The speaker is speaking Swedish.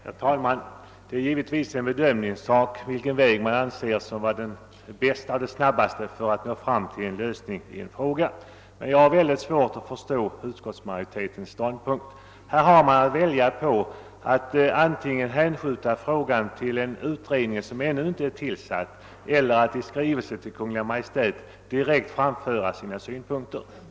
Herr talman! Det är givetvis en bedömningssak vilken väg man anser bäst och snabbast för att nå fram till en lösning. Jag har emellertid svårt att förstå utskottets ståndpunkt. Här har vi att välja mellan att antingen hänskjuta frågan till en utredning som ännu inte är tillsatt eller att i skrivelse till Kungl. Maj:t direkt framföra våra synpunkter.